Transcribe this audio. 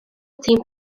tîm